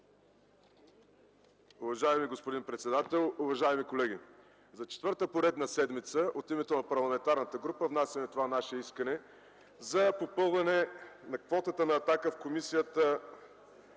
Уважаеми господин председател, уважаеми колеги! За четвърта поредна седмица от името на парламентарната група внасяме това наше искане за попълване на квотата на „Атака” в Комисията